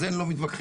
על זה לא מתווכחים,